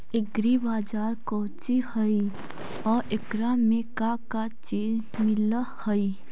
Agri बाजार कोची हई और एकरा में का का चीज मिलै हई?